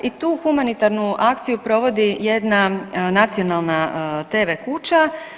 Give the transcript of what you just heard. I tu humanitarnu akciju provodi jedna nacionalna tv kuća.